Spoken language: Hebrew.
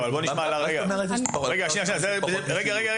מה זאת אומרת יש פחות משילות?